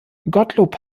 gottlob